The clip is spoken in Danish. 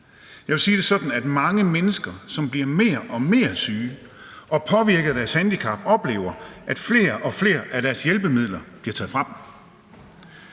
Jeg vil sige det sådan, at mange mennesker, som bliver mere og mere syge og påvirket af deres handicap, oplever, at flere og flere af deres hjælpemidler bliver taget fra